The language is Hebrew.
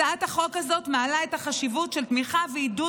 הצעת החוק הזאת מעלה את החשיבות של תמיכה ועידוד